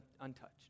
untouched